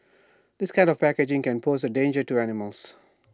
this kind of packaging can pose A danger to animals